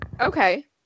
Okay